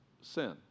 sin